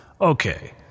Okay